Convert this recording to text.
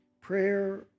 prayer